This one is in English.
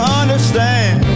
understand